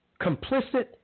complicit